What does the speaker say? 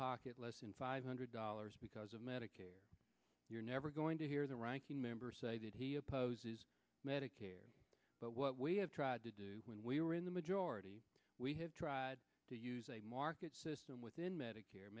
pocket less than five hundred dollars because of medicare you're never going to hear the ranking member say that he opposes medicare but what we have tried to do when we were in the majority we have tried to use a market system within medicare